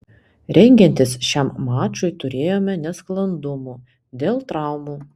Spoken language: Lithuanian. rengiantis šiam mačui turėjome nesklandumų dėl traumų